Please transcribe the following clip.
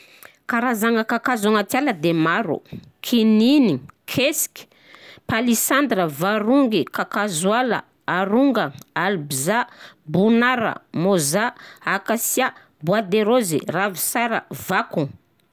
Karazagna kakazo agnaty ala de maro: kininigny, kesiky, palissandre, varongy, kakazoala, haronga, albizà, bonara, môzà, akasia, bois de rose, ravisara, vakogno.